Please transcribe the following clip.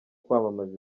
kwamamaza